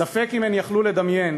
ספק אם הם יכלו לדמיין